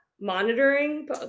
monitoring